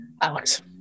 Alex